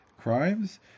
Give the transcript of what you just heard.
crimes